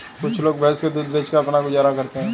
कुछ लोग भैंस का दूध बेचकर अपना गुजारा करते हैं